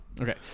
okay